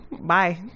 bye